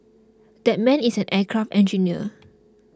that man is an aircraft engineer